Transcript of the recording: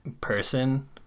person